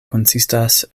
konsistas